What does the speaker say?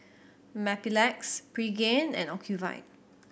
Mepilex Pregain and Ocuvite